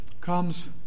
comes